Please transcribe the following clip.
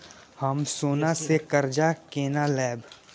हम सोना से कर्जा केना लैब?